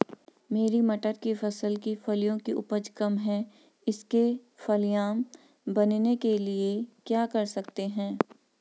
मेरी मटर की फसल की फलियों की उपज कम है इसके फलियां बनने के लिए क्या कर सकते हैं?